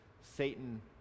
Satan